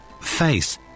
Face